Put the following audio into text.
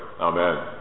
Amen